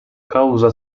kawża